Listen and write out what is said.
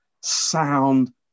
sound